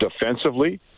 defensively